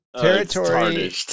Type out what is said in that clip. territory